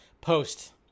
post